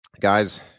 guys